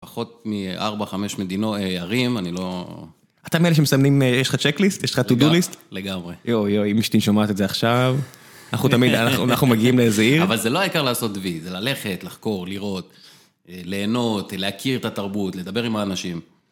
פחות מארבע, חמש מדינות, ערים, אני לא... אתה מאלה שמסמנים, יש לך צ'קליסט? יש לך טו-דו-ליסט? לגמרי. יו, יו, אם אשתי שומעת את זה עכשיו, אנחנו תמיד, אנחנו מגיעים לאיזה עיר. אבל זה לא העיקר לעשות וי, זה ללכת, לחקור, לראות, ליהנות, להכיר את התרבות, לדבר עם האנשים.